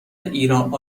ایران